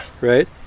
right